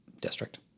district